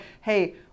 hey